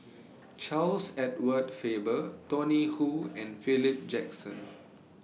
Charles Edward Faber Tony Khoo and Philip Jackson